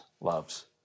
loves